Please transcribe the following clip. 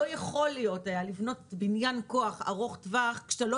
לא יכול להיות היה לבנות בניין כוח ארוך טווח כשאתה לא